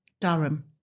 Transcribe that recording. Durham